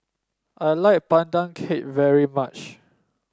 I like Pandan Cake very much